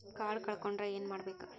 Card ಕಳ್ಕೊಂಡ್ರ ಏನ್ ಮಾಡಬೇಕು?